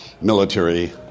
military